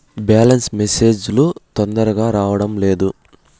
Balance message లు తొందరగా రావడం లేదు?